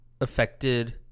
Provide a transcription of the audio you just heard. affected